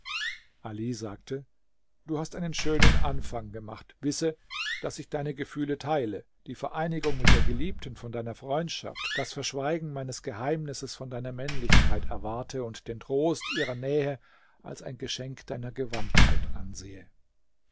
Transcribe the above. ali sagte du hast einen schönen anfang gemacht wisse daß ich deine gefühle teile die vereinigung mit der geliebten von deiner freundschaft das verschweigen meines geheimnisses von deiner männlichkeit erwarte und den trost ihrer nähe als ein geschenk deiner gewandtheit ansehe